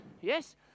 yes